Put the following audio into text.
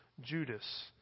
Judas